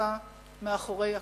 שנעשה מאחורי הקלעים.